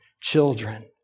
children